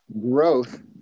growth